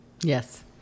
Yes